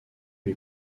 lui